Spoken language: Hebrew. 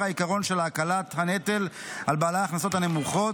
העיקרון של הקלת הנטל על בעלי ההכנסות הנמוכות.